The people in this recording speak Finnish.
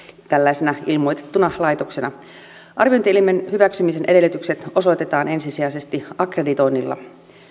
tällaisena ilmoitettuna laitoksena arviointielimen hyväksymisen edellytykset osoitetaan ensisijaisesti akkreditoinnilla